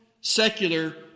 secular